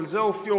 אבל זה אופיו,